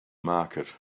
market